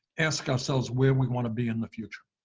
ask ourselves where we want to be in the future.